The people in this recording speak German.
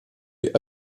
die